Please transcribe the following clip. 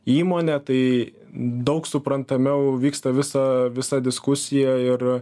įmonė tai daug suprantamiau vyksta visa visa diskusija ir